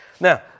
Now